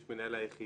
יש את מנהל היחידה.